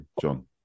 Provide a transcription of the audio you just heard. John